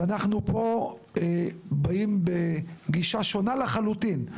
ואנחנו פה באים בגישה שונה לחלוטין,